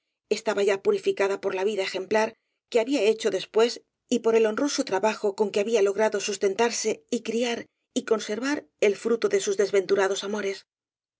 estaba ya purificada por la vida ejem plar que había hecho después y por el honroso tra bajo con que había logrado sustentarse y criar y conservár el fruto de sus desventurados amores